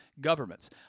governments